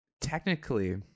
technically